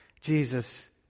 Jesus